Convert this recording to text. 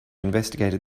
investigated